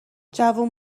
جوون